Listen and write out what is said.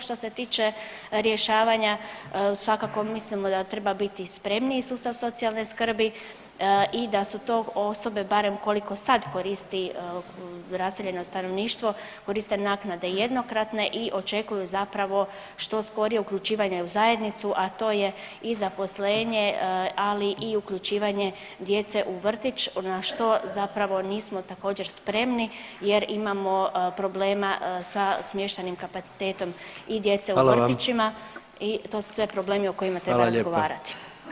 Što se tiče rješavanja svakako mislimo da treba biti spremniji sustav socijalne skrbi i da su to osobe barem koliko sad koristi raseljeno stanovništvo koriste naknade jednokratne i očekuju zapravo što sporije uključivanje u zajednicu, a to je i zaposlenje, ali i uključivanje djece u vrtić na što zapravo nismo također spremni jer imamo problema sa smještajnim kapacitetom [[Upadica: Hvala vam]] i djece u vrtićima i to su sve problemi o kojima treba razgovarati.